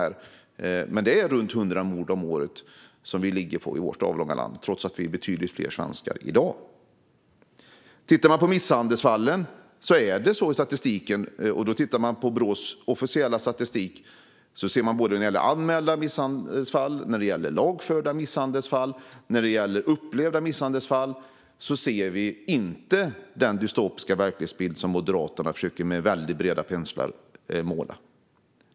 Det sker runt 100 mord om året i vårt avlånga land trots att vi svenskar är betydligt fler i dag. Om man tittar på Brås officiella statistik för misshandelsfall ser man inte den dystopiska verklighetsbild som Moderaterna med väldigt breda penslar försöker måla upp när det gäller såväl anmälda som lagförda och upplevda misshandelsfall.